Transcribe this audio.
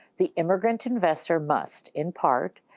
the immigrant investor must, in part,